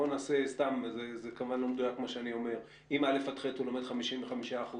אם א'-ח' הוא לומד 55%